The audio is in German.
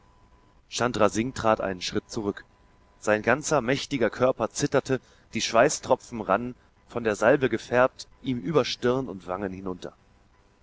chandra singh trat einen schritt zurück sein ganzer mächtiger körper zitterte die schweißtropfen rannen von der salbe gefärbt ihm über stirn und wangen hinunter